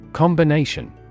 Combination